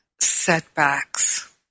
setbacks